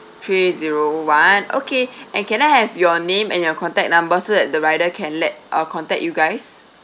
three zero one okay and can I have your name and your contact number so that the rider can let uh contact you guys